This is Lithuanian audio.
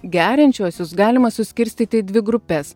geriančiuosius galima suskirstyti į dvi grupes